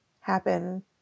happen